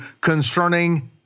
concerning